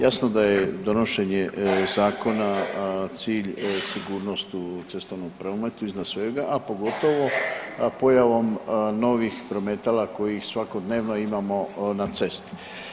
Jasno da je donošenje zakona cilj sigurnost u cestovnom prometu iznad svega, a pogotovo pojavom novih prometala kojih svakodnevno imamo na cesti.